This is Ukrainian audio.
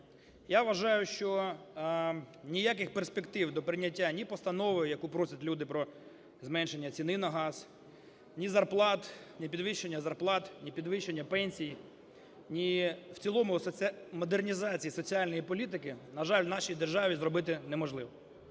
Я вважаю, що ніяких перспектив до прийняття ні постанови, яку просять люди, про зменшення ціни на газ, ні зарплат, ні підвищення зарплат, ні підвищення пенсій, ні в цілому модернізації соціальної політики, на жаль, в нашій державі зробити неможливо.